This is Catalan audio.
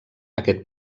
aquest